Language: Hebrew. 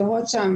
הן שוהות שם